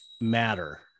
matter